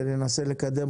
וננסה לקדם